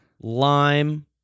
lime